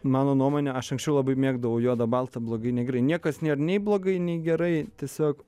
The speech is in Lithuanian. mano nuomone aš anksčiau labai mėgdavau juodą baltą blogai negerai niekas nėra nei blogai nei gerai tiesiog